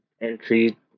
entry